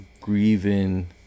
grieving